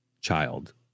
child